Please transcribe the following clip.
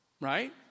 right